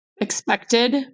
expected